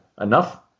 enough